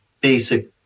basic